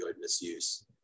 misuse